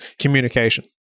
communication